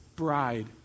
bride